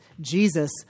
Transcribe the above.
Jesus